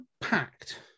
packed